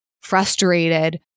frustrated